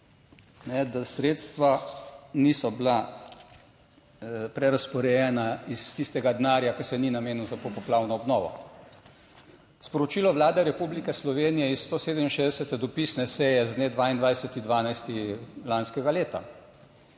da sredstva niso bila prerazporejena iz tistega denarja, ki se ni namenil za popoplavno obnovo. Sporočilo Vlade Republike Slovenije iz 167. dopisne seje z dne 22. 12. lanskega leta: